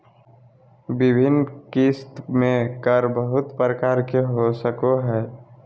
विभिन्न किस्त में कर बहुत प्रकार के हो सको हइ